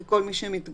כי כל מי שמתגורר,